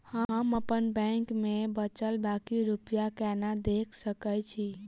हम अप्पन बैंक मे बचल बाकी रुपया केना देख सकय छी?